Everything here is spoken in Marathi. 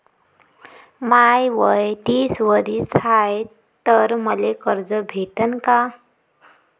माय वय तीस वरीस हाय तर मले कर्ज भेटन का?